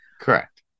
correct